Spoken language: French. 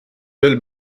belle